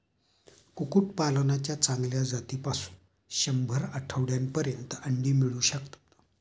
कुक्कुटपालनाच्या चांगल्या जातीपासून शंभर आठवड्यांपर्यंत अंडी मिळू शकतात